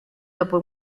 dopo